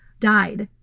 died.